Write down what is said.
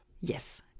Yes